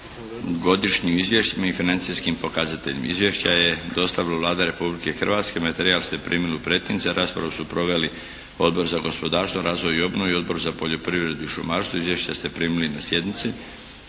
godišnjim izvješćima i financijskim pokazateljima. Izvješće je dostavila Vlada Republike Hrvatske. Materijal ste primili u pretince. Raspravu su proveli Odbor za gospodarstvo, razvoj i obnovu i Odbor za poljoprivredu i šumarstvo. Izvješća ste primili na sjednici.